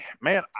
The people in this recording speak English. Man